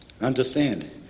Understand